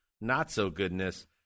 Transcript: not-so-goodness